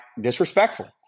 disrespectful